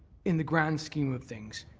in the grand scheme of things,